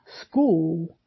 school